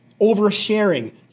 oversharing